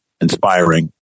inspiring